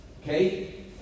Okay